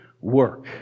work